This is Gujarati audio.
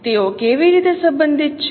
તેથી તેઓ કેવી રીતે સંબંધિત છે